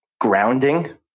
Grounding